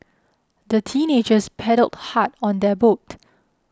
the teenagers paddled hard on their boat